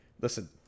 Listen